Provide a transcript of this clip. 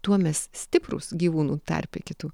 tuo mes stiprūs gyvūnų tarpe kitų